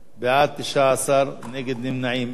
בעד, 19, אין נגד, אין נמנעים.